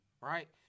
right